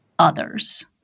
others